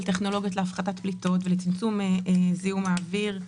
טכנולוגיות להפחתת פליטות ולצמצום זיהום האוויר,